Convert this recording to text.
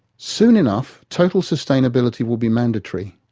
soon enough, total sustainability will be mandatory.